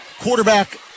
quarterback